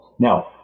Now